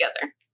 together